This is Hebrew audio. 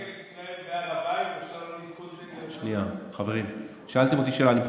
דגל ישראל בהר הבית, חברים, שאלתם אותי שאלה.